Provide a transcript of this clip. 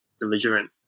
belligerent